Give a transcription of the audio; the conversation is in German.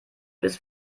bis